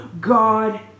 God